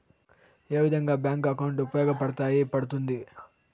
ఏ విధంగా bank account ఉపయోగపడతాయి పడ్తుంది